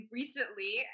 recently